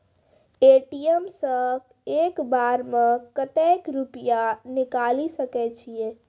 ATM सऽ एक बार म कत्तेक रुपिया निकालि सकै छियै?